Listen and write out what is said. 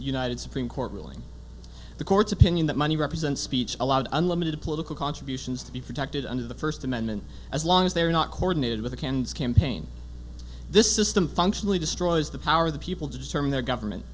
united supreme court ruling the court's opinion that money represents speech a lot of unlimited political contributions to be protected under the first amendment as long as they are not coordinated with the cans campaign this system functionally destroys the power of the people to determine their government